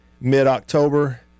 mid-October